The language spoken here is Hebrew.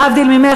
להבדיל ממך,